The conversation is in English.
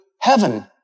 heaven